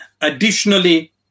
Additionally